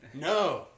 No